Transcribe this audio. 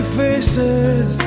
faces